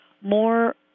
more